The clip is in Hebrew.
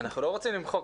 אנחנו לא רוצים למחוק,